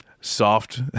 soft